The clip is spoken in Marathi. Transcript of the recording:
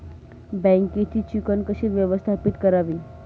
बँकेची चिकण कशी व्यवस्थापित करावी?